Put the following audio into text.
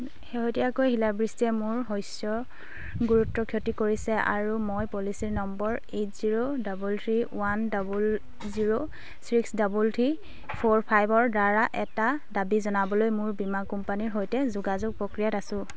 শেহতীয়াকৈ শিলাবৃষ্টিয়ে মোৰ শস্যৰ গুৰুতৰ ক্ষতি কৰিছে আৰু মই policy number eight zero double three one double zero six double three four ফাইভৰ দ্বাৰা এটা দাবী জনাবলৈ মোৰ বীমা কোম্পানীৰ সৈতে যোগাযোগ প্ৰক্ৰিয়াত আছোঁ